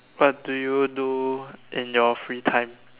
what do you do in your free time